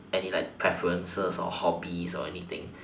any like preferences or hobbies or anything